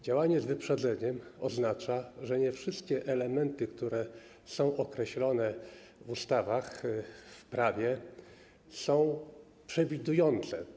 Działanie z wyprzedzeniem oznacza, że nie wszystkie elementy, które są określone w ustawach, w prawie, są przewidujące.